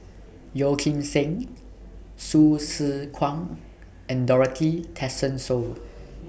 Yeo Kim Seng Hsu Tse Kwang and Dorothy Tessensohn